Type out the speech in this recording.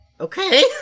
Okay